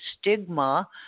stigma